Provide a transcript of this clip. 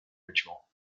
ritual